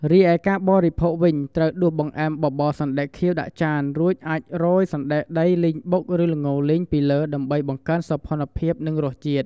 រិឯ ការបរិភោគវិញ ត្រូវដួសបង្អែមបបរសណ្ដែកខៀវដាក់ចាន រួចអាចរោយ សណ្ដែកដីលីងបុក ឬ ល្ងរលីង ពីលើដើម្បីបង្កើនសោភ័ណភាព និងរសជាតិ។